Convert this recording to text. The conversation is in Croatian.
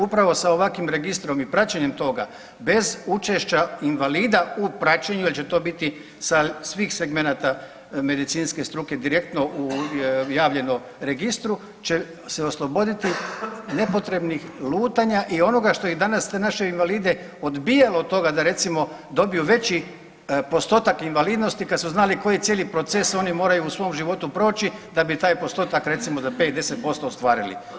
Upravo sa ovakvim registrom i praćenjem toga bez učešća invalida u praćenju da će to biti sa svih segmenata medicinske struke direktno javljeno registru će se osloboditi nepotrebnih lutanja i onoga što i danas te naše invalide odbijalo od toga da recimo dobiju veći postotak invalidnosti kad su znali koji cijeli proces oni moraju u svom životu proći da bi taj postotak recimo za 5, 10% ostvarili.